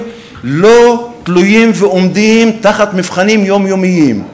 הם לא תלויים ועומדים תחת מבחנים יומיומיים.